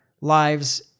lives